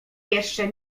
jeszcze